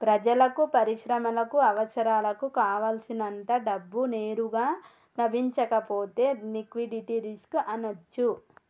ప్రజలకు, పరిశ్రమలకు అవసరాలకు కావల్సినంత డబ్బు నేరుగా లభించకపోతే లిక్విడిటీ రిస్క్ అనొచ్చు